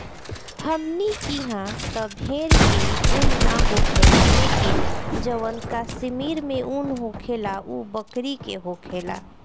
हमनी किहा त भेड़ के उन ना होखेला लेकिन जवन कश्मीर में उन होखेला उ बकरी के होखेला